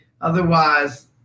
Otherwise